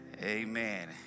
Amen